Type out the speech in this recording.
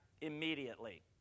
immediately